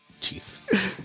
Jesus